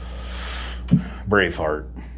Braveheart